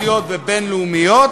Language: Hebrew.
תחרותיות ובין-לאומיות,